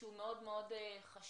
שהוא מאוד מאוד חשוב.